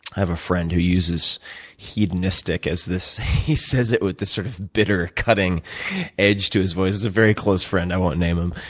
i have a friend who uses hedonistic as this, he says it with this sort of bitter cutting edge to his voice. he's a very close friend i won't name him.